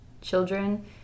children